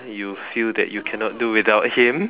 you feel that you cannot do without him